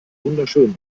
wunderschön